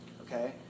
okay